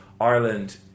Ireland